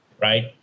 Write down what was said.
right